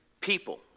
people